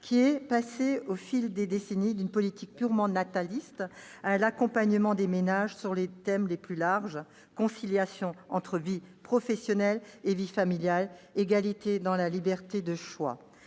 qui est passée, au fil des décennies, d'une politique purement nataliste à l'accompagnement des ménages sur les thèmes les plus larges : conciliation entre vie professionnelle et vie familiale, égalité dans la liberté de choix.